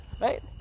right